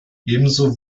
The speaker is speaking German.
ebenso